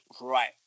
right